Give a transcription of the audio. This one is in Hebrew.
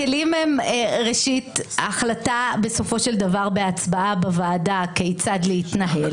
הכלים בסופו של דבר הם החלטה בהצבעה בוועדה כיצד להתנהל.